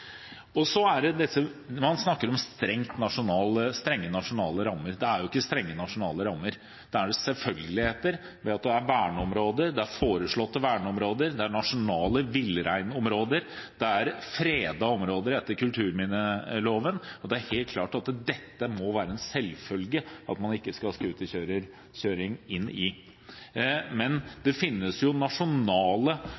og grunnen til at man fikk den lovendringen i 1977, hvor man jo så, fra Stortinget, at det ble for mye scooterkjøring når ansvaret ble lagt til kommunene. Så snakker man om strenge nasjonale rammer. Det er jo ikke strenge nasjonale rammer. Det er selvfølgeligheter ved at det er verneområder, det er foreslåtte verneområder, det er nasjonale villreinområder, det er fredede områder etter kulturminneloven, og det er helt klart at det må være en selvfølge at